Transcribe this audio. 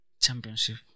Championship